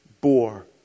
bore